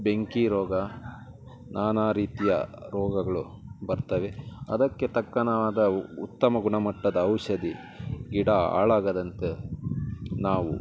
ಬೆಂಕಿ ರೋಗ ನಾನಾ ರೀತಿಯ ರೋಗಗಳು ಬರ್ತವೆ ಅದಕ್ಕೆ ತಕ್ಕನಾದ ಉತ್ತಮ ಗುಣಮಟ್ಟದ ಔಷಧಿ ಗಿಡ ಹಾಳಾಗದಂತೆ ನಾವು